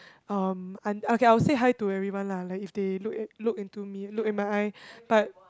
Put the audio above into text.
um un~ okay I will say hi to everyone lah like if they look at look into me look at my eye but